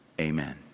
Amen